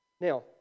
Now